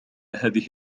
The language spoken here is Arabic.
هذه